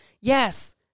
Yes